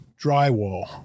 drywall